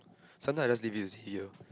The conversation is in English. sometimes I just leave it as here